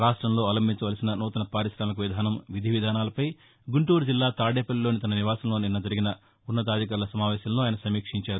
రాష్టంలో అవలంబించవలసిన నూతన పార్కిశామిక విధానం విధివిధానాలపై గుంటూరుజిల్లా తాదేపల్లిలోని తన నివాసంలో నిన్న జరిగిన ఉన్నతాధికారుల సమావేశంలో ఆయన సమీక్షించారు